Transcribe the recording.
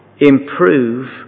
improve